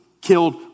killed